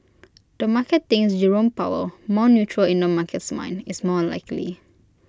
the market thinks Jerome powell more neutral in the market's mind is more likely